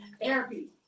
therapy